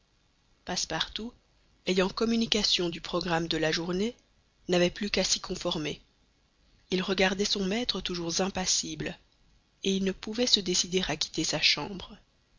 passepartout ayant communication du programme de la journée n'avait plus qu'à s'y conformer il regardait son maître toujours impassible et il ne pouvait se décider à quitter sa chambre